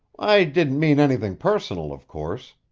i didn't mean anything personal, of course.